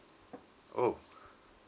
oh